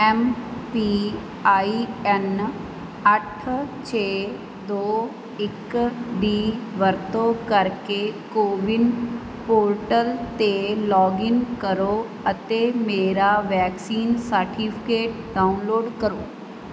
M P I N ਅੱਠ ਛੇ ਦੋ ਇੱਕ ਦੀ ਵਰਤੋਂ ਕਰਕੇ ਕੋਵਿਨ ਪੋਰਟਲ 'ਤੇ ਲੋਗਿਨ ਕਰੋ ਅਤੇ ਮੇਰਾ ਵੈਕਸੀਨ ਸਰਟੀਫਿਕੇਟ ਡਾਊਨਲੋਡ ਕਰੋ